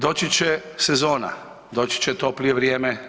Doći će sezona, doći će toplije vrijeme.